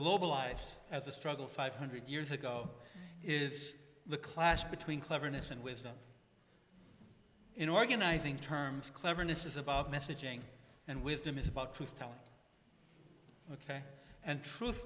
globalized as a struggle five hundred years ago is the clash between cleverness and wisdom in organizing terms cleverness is about messaging and wisdom is about truth telling ok and truth